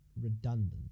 redundant